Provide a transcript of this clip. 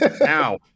Now